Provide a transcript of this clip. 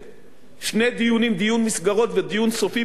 שני דיונים: דיון מסגרות ודיון סופי בתקציב.